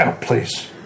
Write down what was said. please